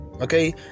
Okay